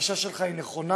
הגישה שלך נכונה.